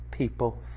people